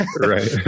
Right